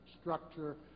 structure